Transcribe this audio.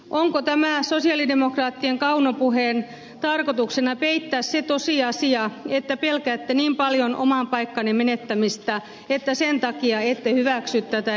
onko sosialidemokraattien kaunopuheen tarkoituksena peittää se tosiasia että pelkäätte niin paljon oman paikkanne menettämistä että sen takia ette hyväksy tätä esitystä